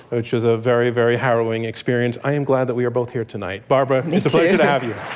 which was a very, very harrowing experience. i am glad that we are both here tonight. barbara me too. it's a pleasure to have yeah